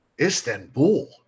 Istanbul